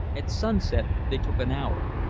at sunset they took an hour.